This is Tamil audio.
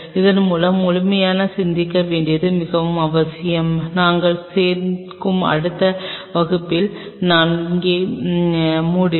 அதன் மூலம் முழுமையாக சிந்திக்க வேண்டியது மிகவும் அவசியம் நாங்கள் சேர்க்கும் அடுத்த வகுப்பில் நான் இங்கே மூடுவேன்